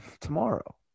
tomorrow